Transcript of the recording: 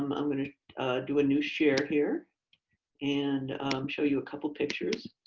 um i'm going to do a new share here and show you a couple pictures.